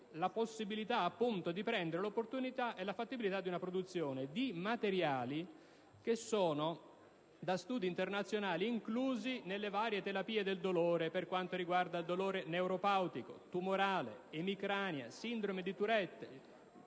la possibilità di valutare l'opportunità e la fattibilità di una produzione di principi che da studi internazionali sono inclusi nella varie terapie del dolore per quanto riguarda il dolore neuropatico, tumorale, da emicrania, da sindrome di Tourette,